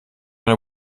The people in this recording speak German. eine